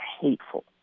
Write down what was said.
hateful